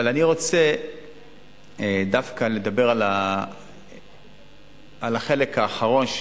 אבל אני רוצה דווקא לדבר על החלק האחרון,